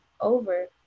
over